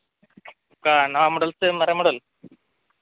ᱚᱠᱟ ᱱᱟᱣᱟ ᱢᱳᱰᱮᱞ ᱥᱮ ᱢᱟᱨᱮ ᱢᱚᱰᱮᱞ